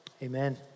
Amen